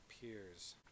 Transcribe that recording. peers